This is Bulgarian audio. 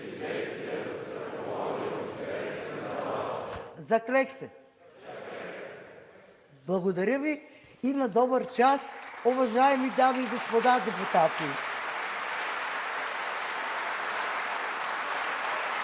Заклех се!“ Благодаря Ви и на добър час, уважаеми дами и господа депутати!